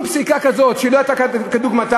אם הפסיקה כזאת שלא הייתה כדוגמתה,